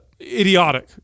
idiotic